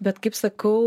bet kaip sakau